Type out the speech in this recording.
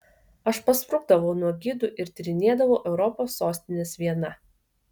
aš pasprukdavau nuo gidų ir tyrinėdavau europos sostines viena